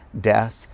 death